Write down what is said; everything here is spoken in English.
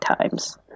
times